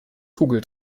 kugel